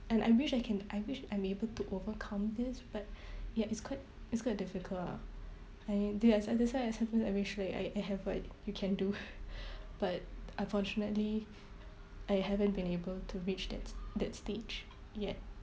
and I wish I can I wish I'm able to overcome this but ya it's quite it's quite difficult ah I that's why I sometimes I wish like I have what you can do but unfortunately I haven't been able to reach that that stage yet